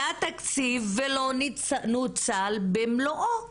היה תקציב ולא נוצל במלואו.